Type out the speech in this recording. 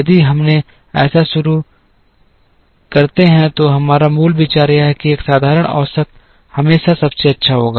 यदि हम ऐसा करना शुरू करते हैं तो हमारा मूल विचार यह है कि एक साधारण औसत हमेशा सबसे अच्छा होगा